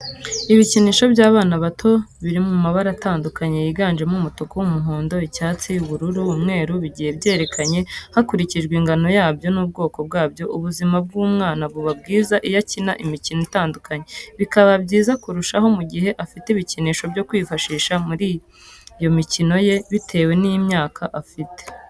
Ibikinisho by'abana bato biri mu mabara atandukanye yiganjemo umutuku, umuhondo, icyatsi ,ubururu , umweru, bigiye byegeranye hakurikijwe ingano yabyo n'ubwokobwabyo ubuzima bw'umwana buba bwiza iyo akina imikino itandukanye, bikaba byiza kurushaho mu gihe afite ibikinisho byo kwifashisha muri iyo mikino ye bitewe n'imyaka afite.